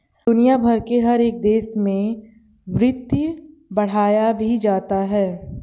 दुनिया भर के हर एक देश में वित्त पढ़ाया भी जाता है